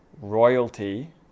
royalty